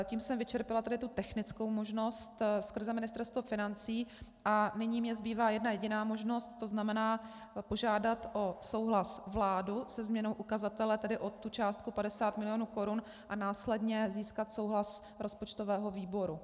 Tím jsem vyčerpala tu technickou možnost skrze Ministerstvo financí a nyní mi zbývá jedna jediná možnost, to znamená požádat o souhlas vládu se změnou ukazatele o částku 50 milionů korun a následně získat souhlas rozpočtového výboru.